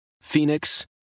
Phoenix